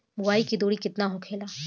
बुआई के दूरी केतना होखेला?